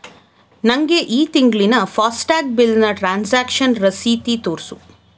ನನಗೆ ಈ ತಿಂಗಳಿನ ಫಾಸ್ಟ್ಯಾಗ್ ಬಿಲ್ನ ಟ್ರಾನ್ಸಾಕ್ಷನ್ ರಸೀತಿ ತೋರಿಸು